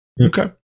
Okay